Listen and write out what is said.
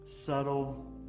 subtle